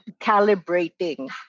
calibrating